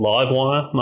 Livewire